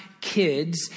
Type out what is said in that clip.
kids